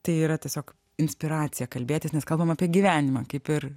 tai yra tiesiog inspiracija kalbėtis nes kalbam apie gyvenimą kaip ir